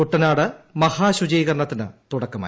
കൂട്ടനാട് മഹാശുചീകരണത്തിന്റ് തുടക്കമായി